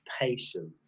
patience